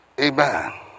Amen